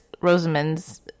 Rosamond's